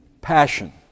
passion